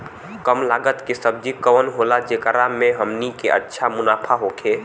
कम लागत के सब्जी कवन होला जेकरा में हमनी के अच्छा मुनाफा होखे?